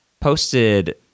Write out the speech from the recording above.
posted